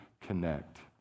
connect